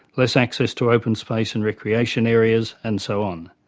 less access to open space and recreation areas and so on.